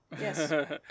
yes